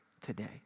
today